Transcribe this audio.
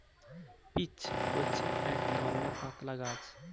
peach হচ্ছে এক ধরণের পাতলা গাছ